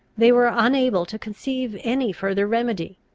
they were unable to conceive any further remedy,